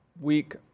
week